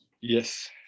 Yes